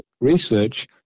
Research